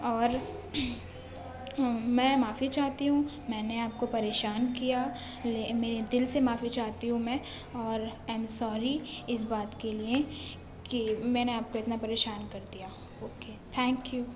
اور میں معافی چاہتی ہوں میں نے آپ کو پریشان کیا لے میرے دل سے معافی چاہتی ہوں میں اور ایم سوری اس بات کے لیے کہ میں نے آپ کو اتنا پریشان کر دیا اوکے تھینک یو